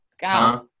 God